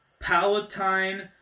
Palatine